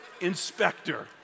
inspector